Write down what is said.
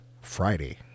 Friday